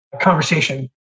conversation